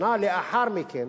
שנה לאחר מכן